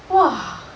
!wah!